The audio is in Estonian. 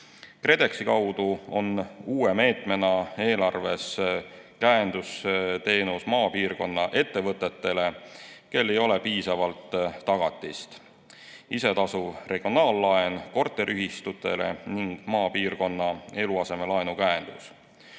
KredExi kaudu on uue meetmena eelarves käendusteenus maapiirkonna ettevõtetele, kellel ei ole piisavalt tagatist, isetasuv regionaallaen korteriühistutele ning maapiirkonna eluasemelaenu käendus.